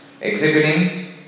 exhibiting